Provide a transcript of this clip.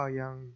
yang